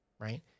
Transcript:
right